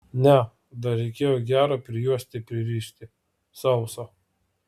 ne dar reikėjo gerą prijuostę pririšti sausą